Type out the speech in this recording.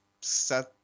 set